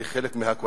היא חלק מהקואליציה.